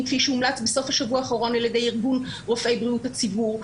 כפי שהומלץ בסוף השבוע האחרון על ידי ארגון רופאי בריאות הציבור.